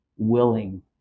Willing